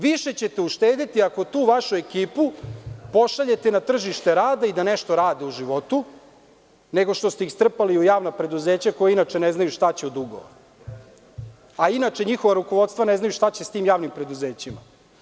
Više ćete uštedeti ako tu vašu ekipu pošaljete na tržište rada i da nešto rade u životu, nego što ste ih strpali u javna preduzeća koji inače na znaju šta će od dugova, a inače njihova rukovodstva ne znaju šta će s tim javnim preduzećima.